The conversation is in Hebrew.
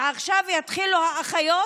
ועכשיו יתחילו האחיות,